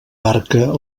barca